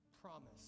promise